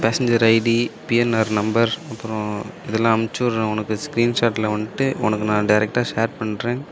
passenger ID PNR number அப்புறம் இதெல்லாம் அனுப்பிச்சுட்றேன் உனக்கு ஸ்க்ரீன் ஷாட்டில் வந்துட்டு உனக்கு நான் டேரெக்டாக ஷேர் பண்ணுறேன்